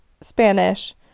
Spanish